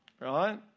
right